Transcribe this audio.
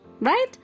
right